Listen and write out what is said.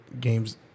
games